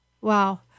Wow